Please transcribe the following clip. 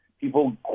People